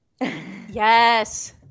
Yes